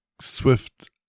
swift